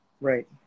Right